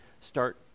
start